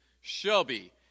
Shelby